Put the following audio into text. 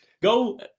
go